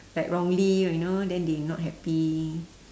like wrongly you know then they not happy